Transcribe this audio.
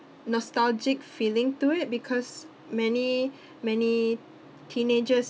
nostalgic feeling to it because many many teenagers